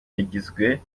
yagizwe